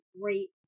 great